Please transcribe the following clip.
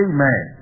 Amen